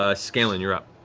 ah scanlan, you're up.